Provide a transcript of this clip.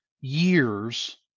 years